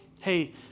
hey